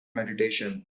meditation